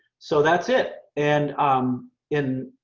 so that's it. and um in